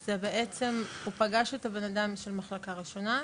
הוא בעצם פגש את הבן אדם במחלקה ראשונה,